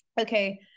okay